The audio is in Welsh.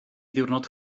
ddiwrnod